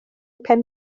pen